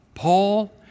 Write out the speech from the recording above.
Paul